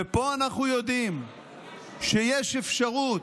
ופה אנחנו יודעים שיש אפשרות,